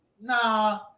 nah